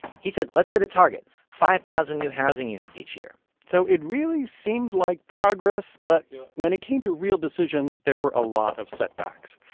he said let's set a target five thousand new housing units each year so it really seemed like progress, but when it came to real decisions, there were a lot of setbacks.